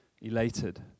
elated